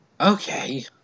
Okay